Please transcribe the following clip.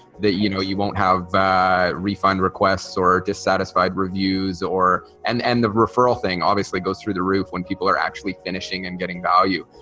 that you know you won't have a refund requests or dissatisfied reviews or and and the referral thing obviously goes through the roof when people are actually finishing and getting value.